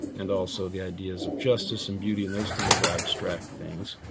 and also the ideas of justice and beauty and those kinds of abstract things.